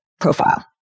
profile